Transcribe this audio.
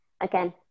again